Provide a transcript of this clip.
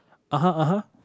(uh huh) (uh huh)